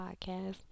podcast